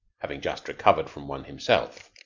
having just recovered from one himself.